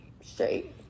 straight